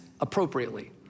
appropriately